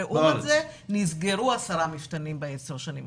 לעומת זאת נסגרו עשרה מפתנים בעשר השנים האחרונות.